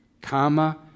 comma